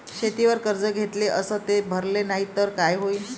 शेतीवर कर्ज घेतले अस ते भरले नाही तर काय होईन?